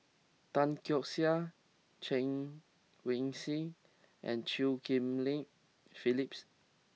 Tan Keong Saik Chen Wen Hsi and Chew Ghim Lian Philips